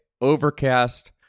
Overcast